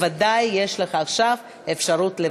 הבנתי שיש חבר כנסת שרוצה לברך.